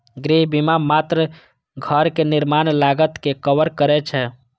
गृह बीमा मात्र घरक निर्माण लागत कें कवर करै छै